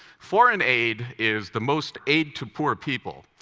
foreign aid is the most aid to poor people,